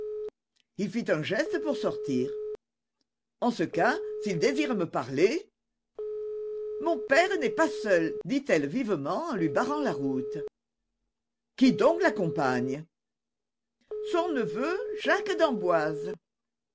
il fit un geste pour sortir en ce cas s'il désire me parler mon père n'est pas seul dit-elle vivement en lui barrant la route qui donc l'accompagne son neveu jacques d'emboise